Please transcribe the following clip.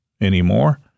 anymore